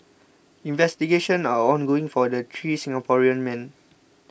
investigations are ongoing for the three Singaporean men